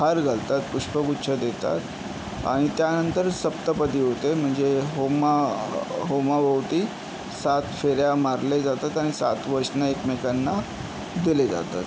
हार घालतात पुष्पगुच्छ देतात आणि त्यानंतर सप्तपदी होते म्हणजे होमा होमाभोवती सात फेऱ्या मारले जातात आणि सात वचनं एकमेकांना दिले जातात